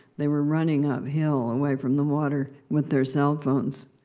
they were running uphill, away from the water, with their cell phones,